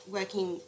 working